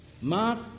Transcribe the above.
Mark